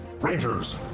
rangers